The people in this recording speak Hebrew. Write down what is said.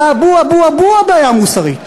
באבו-אבו-אבוה בעיה מוסרית.